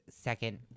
second